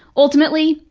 ultimately,